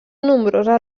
nombroses